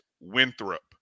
Winthrop